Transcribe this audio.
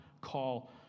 call